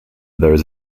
those